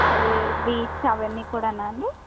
అవి బీచ్ అవన్నీ కూడానండి